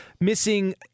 missing